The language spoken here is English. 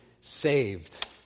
saved